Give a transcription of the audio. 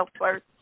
first